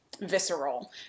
visceral